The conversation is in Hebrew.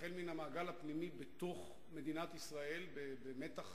החל מן המעגל הפנימי בתוך מדינת ישראל במתח